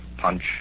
Punch